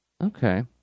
okay